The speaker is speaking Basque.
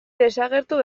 desagertu